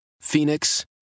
Phoenix